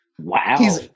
Wow